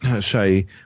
say